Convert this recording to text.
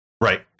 Right